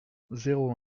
zéro